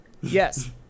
Yes